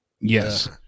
Yes